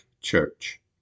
church